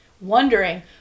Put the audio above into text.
wondering